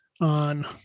on